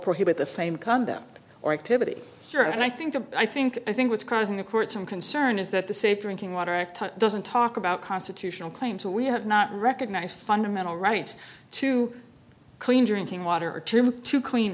prohibit the same conduct or activity here and i think the i think i think what's causing the court some concern is that the safe drinking water act doesn't talk about constitutional claims that we have not recognized fundamental rights to clean drinking water to clean